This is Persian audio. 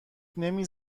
نمی